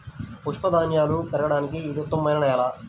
పప్పుధాన్యాలు పెరగడానికి ఇది ఉత్తమమైన నేల